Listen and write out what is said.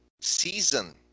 season